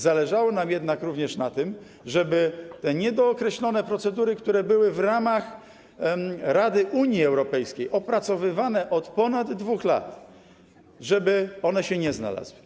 Zależało nam jednak również na tym, żeby te niedookreślone procedury, które były w ramach Rady Unii Europejskiej, opracowywane od ponad 2 lat, się nie znalazły.